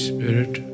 Spirit